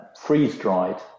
freeze-dried